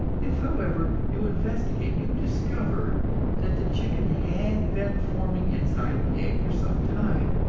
if, however, you investigate, you discover that the chicken had been forming inside the egg for some time.